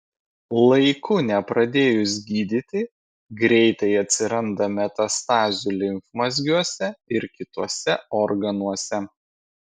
laiku nepradėjus gydyti greitai atsiranda metastazių limfmazgiuose ir kituose organuose